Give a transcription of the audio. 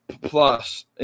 plus